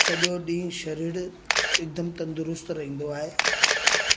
सॼो ॾींहुं शरीर हिकदमि तंदरुस्तु रहंदो आहे